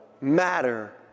matter